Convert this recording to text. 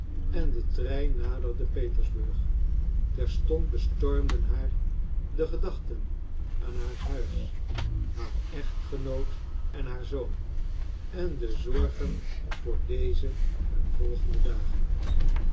en de trein naderde petersburg terstond bestormden haar de gedachten aan haar huis haar echtgenoot en haar zoon en de zorgen voor deze en volgende dagen